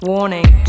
Warning